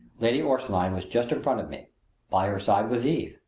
lady orstline was just in front of me by her side was eve,